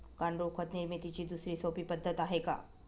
गांडूळ खत निर्मितीची दुसरी सोपी पद्धत आहे का?